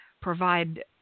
provide